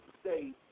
state